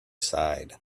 side